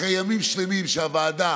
אחרי ימים שלמים שהוועדה